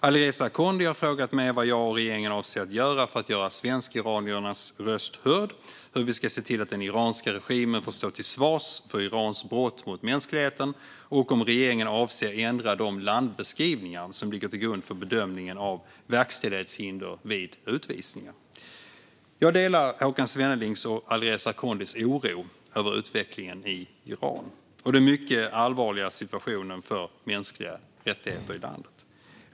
Alireza Akhondi har frågat mig vad jag och regeringen avser att göra för att göra svenskiraniernas röst hörd, hur vi ska se till att den iranska regimen får stå till svars för Irans brott mot mänskligheten och om regeringen avser att ändra de landbeskrivningar som ligger till grund för bedömningen av verkställighetshinder vid utvisningar. Jag delar Håkan Svennelings och Alireza Akhondis oro över utvecklingen i Iran och den mycket allvarliga situationen för mänskliga rättigheter i landet.